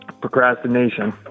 Procrastination